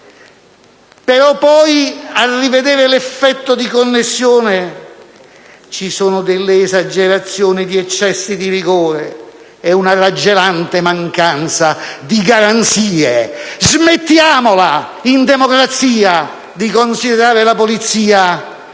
Però poi, a rivedere l'effetto di connessione, ci sono delle esagerazioni di eccessi di rigore e una raggelante mancanza di garanzie. Smettiamola, in democrazia, di considerare la Polizia